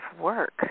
work